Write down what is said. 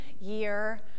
year